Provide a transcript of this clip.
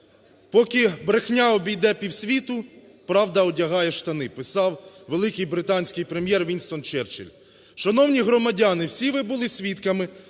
"Поки брехня обійде півсвіту, правда одягає штани," – писав великий британський прем’єр Уїнстон Черчилль. Шановні громадяни, всі ви були свідками